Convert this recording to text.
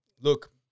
look